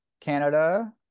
Canada